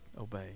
obey